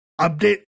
update